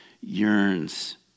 yearns